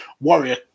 Warrior